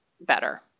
better